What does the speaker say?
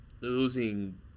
losing